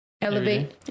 Elevate